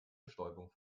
bestäubung